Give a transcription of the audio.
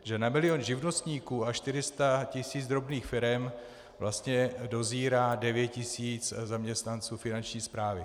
Že na milion živnostníků a 400 tisíc drobných firem vlastně dozírá 9 tisíc zaměstnanců Finanční správy.